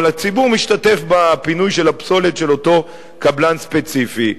אבל הציבור משתתף בפינוי של הפסולת של אותו קבלן ספציפי.